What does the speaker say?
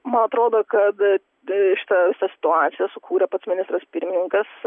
man atrodo kad ee šitą visą situaciją sukūrė pats ministras pirmininkas